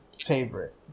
favorite